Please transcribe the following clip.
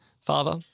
Father